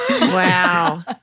Wow